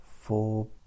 four